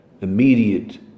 immediate